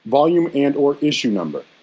volume and or issue number,